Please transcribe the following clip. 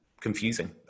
confusing